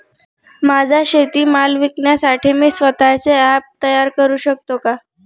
माझा शेतीमाल विकण्यासाठी मी स्वत:चे ॲप तयार करु शकतो का?